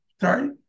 sorry